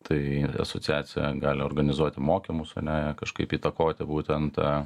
tai asociacija gali organizuoti mokymus o ne kažkaip įtakoti būtent tą